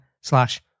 slash